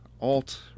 alt